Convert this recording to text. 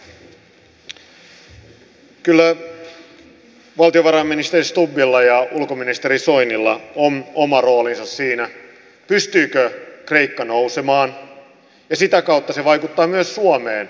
kyllä valtiovarainministeri stubbilla ja ulkoministeri soinilla on oma roolinsa siinä pystyykö kreikka nousemaan ja sitä kautta se vaikuttaa myös suomeen